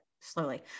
slowly